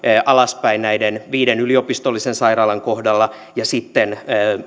alaspäin näiden viiden yliopistollisen sairaalan kohdalla ja sitten